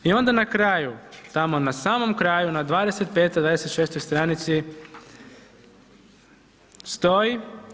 I onda na kraju, tamo, na samom kraju na 25, 26 stranici stoji.